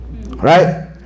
Right